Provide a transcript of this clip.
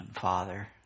Father